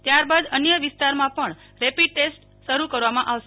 ત્યારબાદ અન્ય વિસ્તારમાં પણ રેપીડ ટેસ્ટ શરૂ કરવામાં આવશે